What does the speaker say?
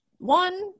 One